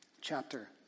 chapter